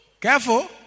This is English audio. Careful